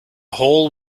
whole